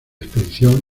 expedición